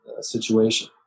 situation